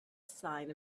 sign